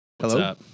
Hello